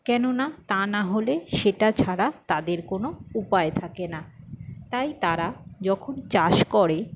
কেননা তা নাহলে সেটা ছাড়া তাদের কোনো উপায় থাকে না তাই তারা যখন চাষ করে